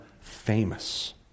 famous